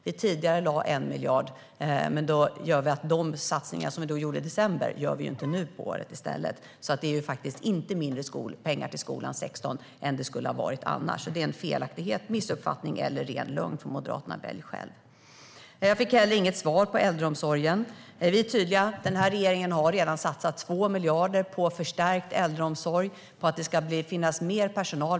Vi tidigarelade 1 miljard, men de satsningar vi gjorde i december gör vi ju inte nu. Det är alltså inte mindre pengar till skolan 2016 än det skulle ha varit annars. Det är en felaktighet, en missuppfattning eller en ren lögn från Moderaternas sida - välj själv! Jag fick heller inget svar om äldreomsorgen. Vi är tydliga: Den här regeringen har redan satsat 2 miljarder på förstärkt äldreomsorg, på att det ska finnas mer personal.